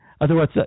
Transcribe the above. Otherwise